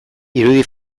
irudi